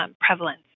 prevalence